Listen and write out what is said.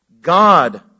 God